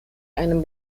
einem